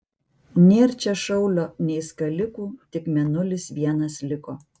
nėr čia šaulio nei skalikų tik mėnulis vienas liko